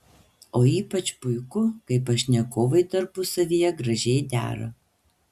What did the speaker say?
o ypač puiku kai pašnekovai tarpusavyje gražiai dera